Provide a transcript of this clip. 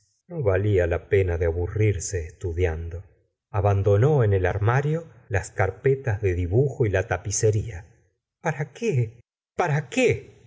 no valía la pena de aburrirse estudiando abandonó en el armrio las carpetas de dibujo y la tapicería para qué para qué